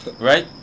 right